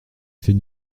fait